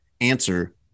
answer